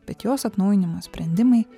bet jos atnaujinimo sprendimai